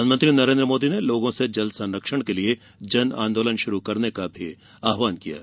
प्रधानमंत्री नरेंद्र मोदी ने लोगों से जल संरक्षण के लिए जनआंदोलन शुरु करने का आह्वान किया है